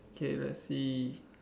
okay let's see